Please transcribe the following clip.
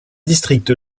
districts